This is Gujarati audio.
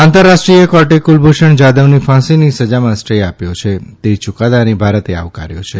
આંતરરાષ્ટ્રીય કોર્ટે કુલભૂષણ જાદવની ફાંસીની સજામાં સ્ટે આપ્યો છે તે યુકાદાને ભારતે આવકાર્યો છે